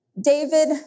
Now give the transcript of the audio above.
David